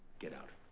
get out.